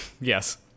Yes